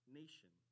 nation